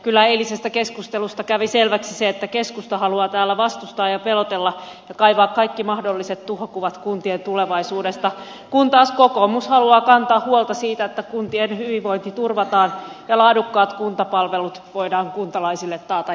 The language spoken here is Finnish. kyllä eilisestä keskustelusta kävi selväksi se että keskusta haluaa täällä vastustaa ja pelotella ja kaivaa kaikki mahdolliset tuhokuvat kuntien tulevaisuudesta kun taas kokoomus haluaa kantaa huolta siitä että kuntien hyvinvointi turvataan ja laadukkaat kuntapalvelut voidaan kuntalaisille taata jatkossakin